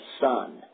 son